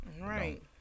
Right